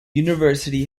university